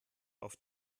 auf